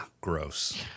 gross